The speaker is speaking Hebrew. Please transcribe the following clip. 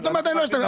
את אומרת שלא ישתמשו,